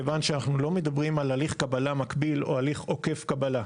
מכיוון שאנחנו לא מדברים על הליך קבלה מקביל או הליך עוקף קבלה.